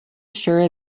sure